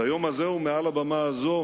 ביום הזה ומעל הבמה הזאת